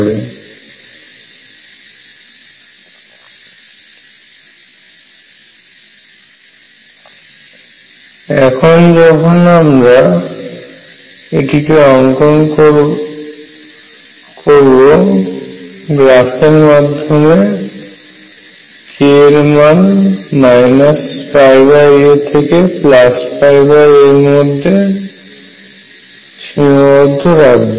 এবং যখন আপনরা এটিকে অঙ্কন করবেন গ্রাফ এ আপনাদের k এর মান a থেকে a এর মধ্যে সীমাবদ্ধ রাখতে হবে